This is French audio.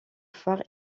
phare